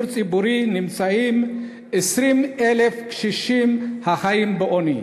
ציבורי נמצאים 20,000 קשישים החיים בעוני.